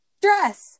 Dress